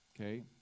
Okay